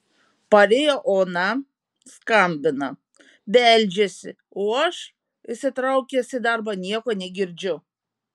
parėjo ona skambina beldžiasi o aš įsitraukęs į darbą nieko negirdžiu